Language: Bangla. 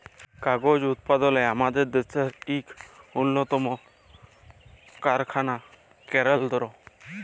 কাগজ উৎপাদলে আমাদের দ্যাশের ইক উল্লতম কারখালা কেলদ্র